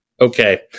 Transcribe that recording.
Okay